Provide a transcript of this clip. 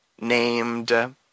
named